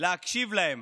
להקשיב להם.